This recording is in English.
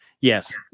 Yes